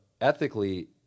ethically